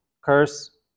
curse